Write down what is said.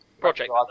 project